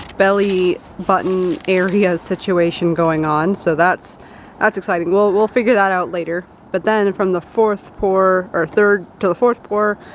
belly button area situation going on, so that's that's exciting. we'll we'll figure that out later. but then from the fourth pour, or third to the fourth pour,